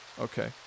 Okay